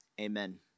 Amen